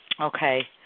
Okay